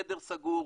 חדר סגור,